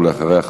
ואחריה,